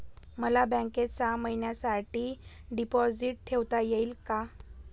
मला बँकेत सहा महिन्यांसाठी डिपॉझिट ठेवता येईल का?